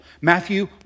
Matthew